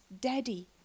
Daddy